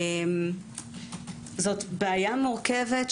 זו בעיה מורכבת,